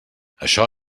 això